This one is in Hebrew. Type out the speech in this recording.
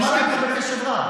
שמעתי בקשב רב.